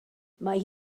mae